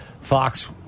Fox